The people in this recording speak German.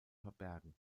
verbergen